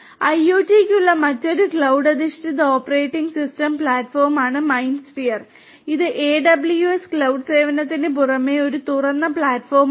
IoT യ്ക്കുള്ള മറ്റൊരു cloud അധിഷ്ഠിത ഓപ്പറേറ്റിംഗ് സിസ്റ്റം പ്ലാറ്റ്ഫോമാണ് മൈൻഡ്സ്ഫിയർ ഇത് AWS ക്ലൌഡ് സേവനത്തിന് പുറമേ ഒരു തുറന്ന പ്ലാറ്റ്ഫോമാണ്